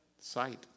Sight